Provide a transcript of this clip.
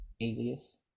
alias